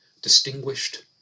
Distinguished